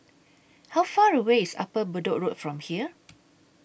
How Far away IS Upper Bedok Road from here